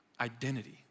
identity